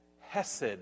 Hesed